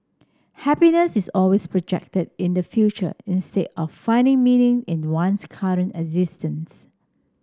happiness is always projected in the future instead of finding meaning in one's current existence